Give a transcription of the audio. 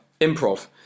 Improv